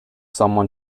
someone